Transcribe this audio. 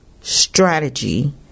strategy